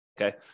Okay